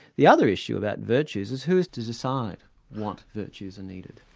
the other issue about virtues is who's to decide what virtues are needed?